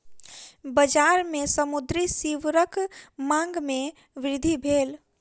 बजार में समुद्री सीवरक मांग में वृद्धि भेल